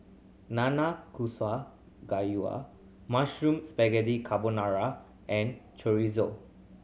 Nanakusa Gayu Mushroom Spaghetti Carbonara and Chorizo